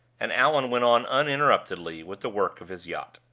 and allan went on uninterruptedly with the work of his yacht.